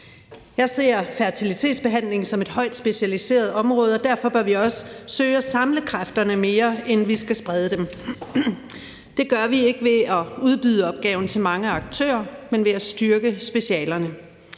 Jeg ser fertilitetsbehandling som et højt specialiseret område, og derfor bør vi også søge at samle kræfterne mere, end vi skal sprede dem. Det gør vi ikke ved at udbyde opgaven til mange aktører, men ved at styrke specialerne.